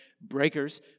breakers